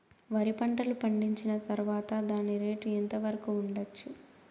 వరి పంటలు పండించిన తర్వాత దాని రేటు ఎంత వరకు ఉండచ్చు